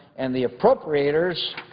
and the appropriators,